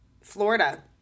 Florida